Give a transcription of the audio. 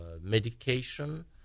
medication